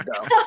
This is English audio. go